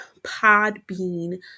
Podbean